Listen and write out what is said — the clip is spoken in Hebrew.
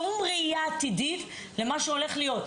שום ראייה עתידית למה שהולך להיות,